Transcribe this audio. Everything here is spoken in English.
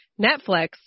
Netflix